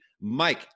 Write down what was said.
Mike